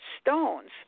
stones